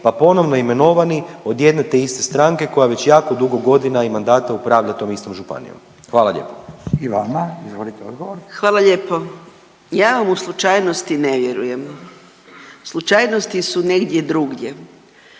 pa ponovno imenovani od jedne te iste stranke koja već jako dugo godina i mandata upravlja tom istom županijom. Hvala lijepo. **Radin, Furio (Nezavisni)** I vama. Izvolite odgovor. **Mrak-Taritaš, Anka (GLAS)** Hvala lijepo. Ja u slučajnosti ne vjerujem. Slučajnosti su negdje drugdje.